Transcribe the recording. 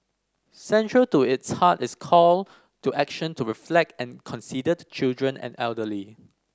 central to its heart is call to action to reflect and consider the children and elderly